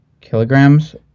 Kilograms